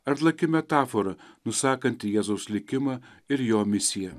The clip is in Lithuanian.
ar ląki metafora nusakanti jėzaus likimą ir jo misiją